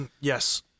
yes